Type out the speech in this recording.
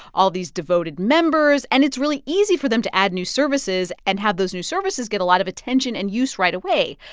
all these devoted members. and it's really easy for them to add new services and have those new services get a lot of attention and use right away.